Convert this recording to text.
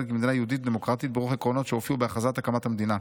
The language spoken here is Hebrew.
כמדינה יהודית ודמוקרטית ברוח העקרונות שהופיעו בהכרזה על הקמת המדינה.